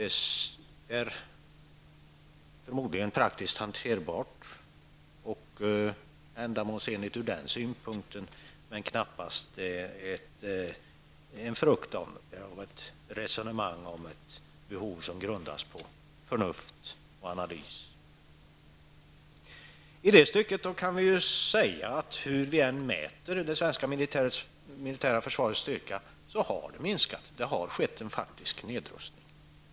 Det är förmodligen praktiskt hanterbart och ändamålsenligt men knappast en frukt av ett resonemang om behov som grundar sig på förnuft och analys. I det stycket kan vi säga att hur vi än mäter det svenska militära försvarets styrka har det minskat, det har skett en faktisk nedrustning.